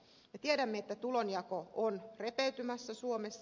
me tiedämme että tulonjako on repeytymässä suomessa